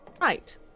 Right